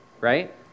right